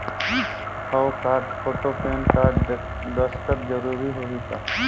हव card, photo, pan card, दस्खत जरूरी होही का?